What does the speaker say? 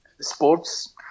sports